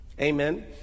Amen